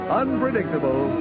unpredictable